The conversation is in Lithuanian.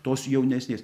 tos jaunesnės